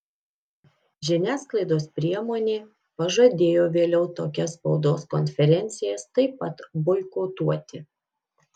žiniasklaidos priemonė pažadėjo vėliau tokias spaudos konferencijas taip pat boikotuoti